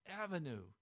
avenue